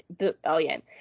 rebellion